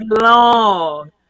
long